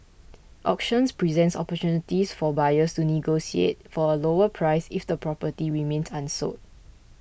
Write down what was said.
auctions present opportunities for buyers to negotiate for a lower price if the property remains unsold